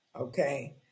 Okay